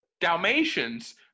Dalmatians